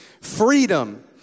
Freedom